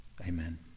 Amen